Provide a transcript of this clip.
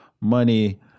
money